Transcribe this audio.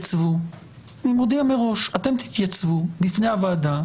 אני מודיע לכם שאתם תתייצבו בפני הוועדה,